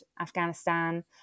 Afghanistan